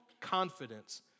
confidence